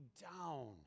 down